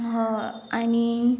ह आणी